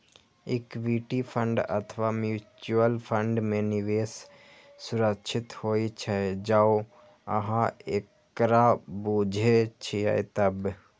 equity fund अथवा mutual fund मे निवेश सुरक्षित होइ छै, जौं अहां एकरा बूझे छियै तब